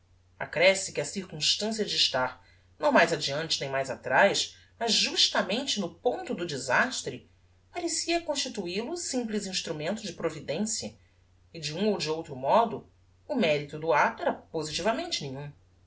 accresce que a circumstancia de estar não mais adeante nem mais atraz mas justamente no ponto do desastre parecia constituil o simples instrumento de providencia e de um ou de outro modo o merito do acto era positivamente nenhum